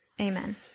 Amen